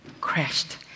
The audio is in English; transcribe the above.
crashed